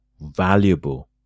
valuable